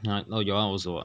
oh your [one] also [what]